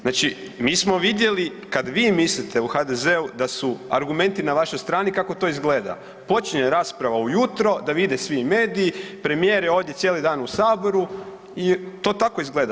Znači, mi smo vidjeli kad vi mislite u HDZ-u da su argumenti na vašoj strani kako to izgleda, počinje rasprava ujutro da vide svi mediji, premijer je ovdje cijeli dan u Saboru i to tako izgleda.